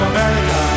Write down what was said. America